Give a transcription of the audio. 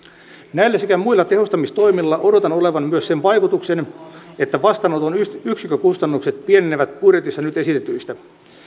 näillä sekä muilla tehostamistoimilla odotan olevan myös sen vaikutuksen että vastaanoton yksikkökustannukset pienenevät nyt budjetissa esitetyistä